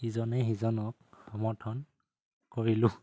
ইজনে সিজনক সমৰ্থন কৰিলোঁ